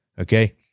Okay